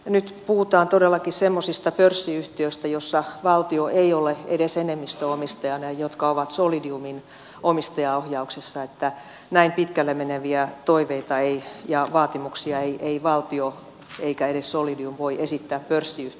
nyt puhutaan todellakin semmoisista pörssiyhtiöistä joissa valtio ei ole edes enemmistöomistajana ja jotka ovat solidiumin omistajaohjauksessa joten näin pitkälle meneviä toiveita ja vaatimuksia ei valtio eikä edes solidium voi esittää pörssiyhtiössä